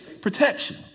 protection